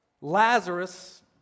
Lazarus